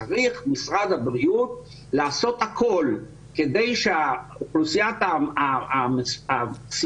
וצריך משרד הבריאות לעשות הכול כדי שאוכלוסיית הסיכון